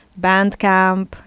Bandcamp